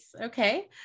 Okay